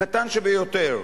הקטן ביותר,